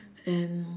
and